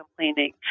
complaining